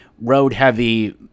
road-heavy